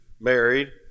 married